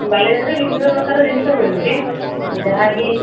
ବାଲି ଯାତ୍ରାରେ ବିଭିନ୍ନ ପ୍ରକାର ଜିନିଷ ମିଳୁଛି ଯାହା ବି